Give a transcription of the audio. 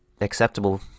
acceptable